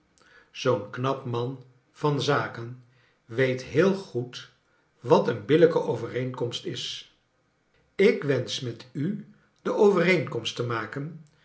zoo'n knap man van zaken weet heel goed wat een billijke overeenkomst is ik wensch met u de overeenkomst te maken